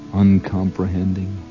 uncomprehending